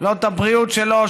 לא את הבריאות שלו,